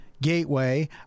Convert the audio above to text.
Gateway